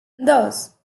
dos